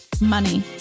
money